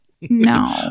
No